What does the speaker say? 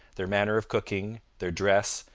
their manner of cooking, their dress,